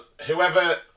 whoever